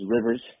Rivers